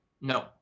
No